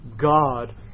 God